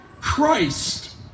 Christ